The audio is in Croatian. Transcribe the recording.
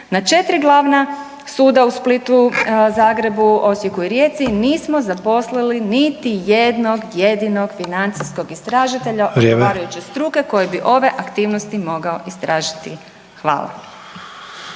na 4 glavna suda u Splitu, Zagreb, Osijeku i Rijeci nismo zaposlili niti jednog jedinoga financijskog istražitelja odgovarajuće struke koji bi ove aktivnosti mogao istražiti? …